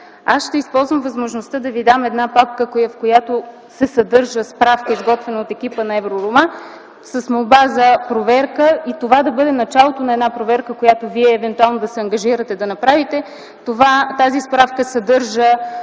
Аз ще използвам възможността да Ви дам една папка, която съдържа справки, изготвени от екипа на ЕВРОРОМА с молба за проверка. Това да бъде началото на една проверка, която Вие евентуално да се ангажирате да направите. Тази справка съдържа